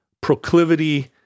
proclivity